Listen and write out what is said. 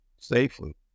safely